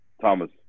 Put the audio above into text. Thomas